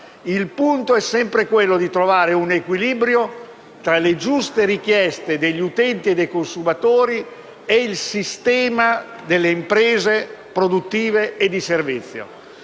il punto è sempre quello di trovare un equilibrio tra le giuste richieste degli utenti e dei consumatori e il sistema delle imprese produttive e di servizio.